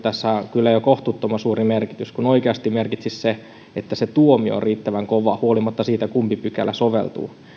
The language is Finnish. kyllä jo kohtuuttoman suuri merkitys kun oikeasti merkitsisi se että tuomio on riittävän kova huolimatta siitä kumpi pykälä soveltuu